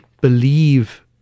believe